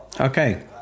Okay